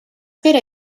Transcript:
pere